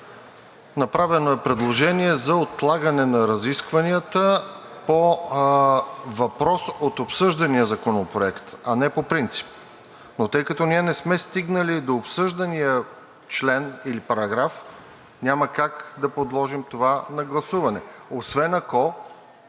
Направено е предложение за отлагане на разискванията по въпрос от обсъждания законопроект, а не по принцип. Но тъй като ние не сме стигнали до обсъждания член или параграф, няма как да подложим това на гласуване, освен ако